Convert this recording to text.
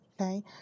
okay